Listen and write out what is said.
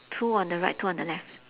two on the right two on the left